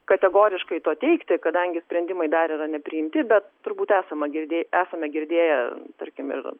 kategoriškai to teigti kadangi sprendimai dar yra nepriimti bet turbūt esama girdė esame girdėję tarkim ir